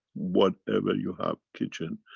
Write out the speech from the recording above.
whatever you have, kitchen,